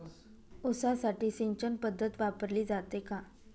ऊसासाठी सिंचन पद्धत वापरली जाते का?